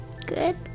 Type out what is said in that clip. Good